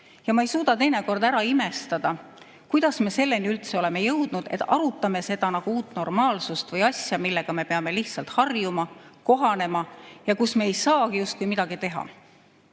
ja ma ei suuda teinekord ära imestada, kuidas me selleni üldse oleme jõudnud, et me arutame seda nagu uut normaalsust või asja, millega me peame lihtsalt harjuma, kohanema, ja kus me ei saagi midagi teha.